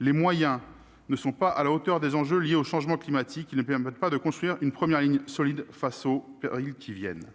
les moyens ne sont pas à la hauteur des enjeux liés au changement climatique. Ils ne permettent pas de construire une première ligne solide face aux périls qui viennent.